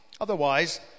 Otherwise